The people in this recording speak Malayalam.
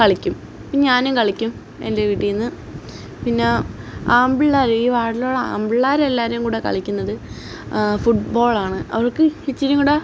കളിക്കും പിന്നെ ഞാനും കളിക്കും എൻ്റെ വീട്ടിൽ നിന്ന് പിന്നെ ആൺപിള്ളേർ ഈ വാർഡിലുള്ള ആൺപിള്ളേരെല്ലാവരും കൂടി കളിക്കുന്നത് ഫുട് ബോളാണ് അവർക്ക് ഇച്ചിരിയും കൂടി